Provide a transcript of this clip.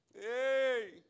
Hey